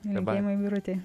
linkėjimai birutei